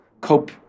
cope